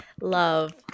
Love